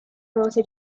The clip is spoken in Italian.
dose